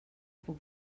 puc